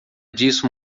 disso